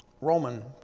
Roman